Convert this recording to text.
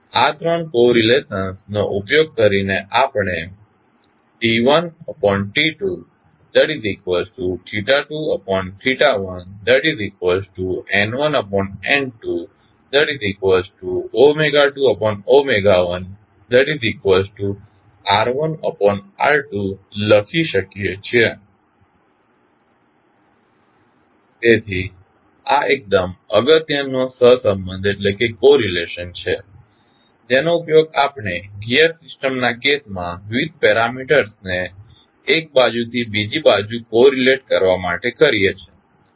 તેથી આ 3 કોરિલેશન્સ નો ઉપયોગ કરીને આપણે T1T221N1N221r1r2 લખી શકીએ છીએ તેથી આ એકદમ અગત્યનો સહસંબંધ છે જેનો ઉપયોગ આપણે ગિઅર સિસ્ટમના કેસમાં વિવિધ પેરામીટર્સ ને એક બાજુથી બીજી બાજુ કોરિલેટ કરવા માટે કરીએ છીએ